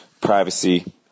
privacy